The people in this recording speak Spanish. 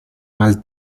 mal